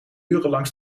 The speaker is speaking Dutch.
urenlang